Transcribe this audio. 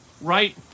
right